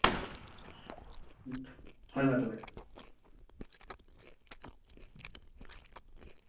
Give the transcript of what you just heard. ᱦᱳᱭ ᱢᱟ ᱛᱚᱵᱮ